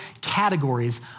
categories